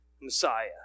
Messiah